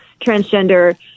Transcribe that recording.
transgender